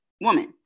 woman